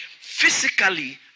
physically